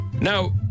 now